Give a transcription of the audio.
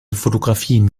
fotografien